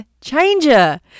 changer